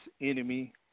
Enemy